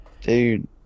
Dude